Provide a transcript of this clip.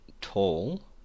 tall